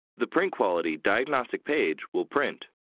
the print quality diagnostic page will print.